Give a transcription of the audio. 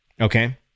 Okay